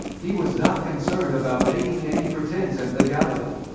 he was not concerned about making any pretence at legality.